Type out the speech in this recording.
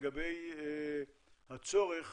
לגבי הצורך